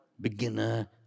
Beginner